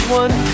one